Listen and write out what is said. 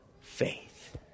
faith